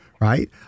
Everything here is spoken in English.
right